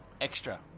extra